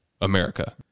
America